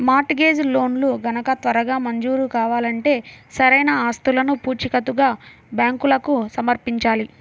mart gauge లోన్లు గనక త్వరగా మంజూరు కావాలంటే సరైన ఆస్తులను పూచీకత్తుగా బ్యాంకులకు సమర్పించాలి